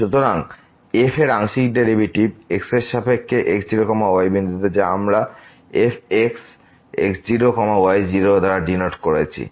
সুতরাং এই f এর আংশিক ডেরিভেটিভ x এর সাপেক্ষে x0 y0 বিন্দুতে যা আমরা fxx0 y0 দ্বারা ডিনোট করেছি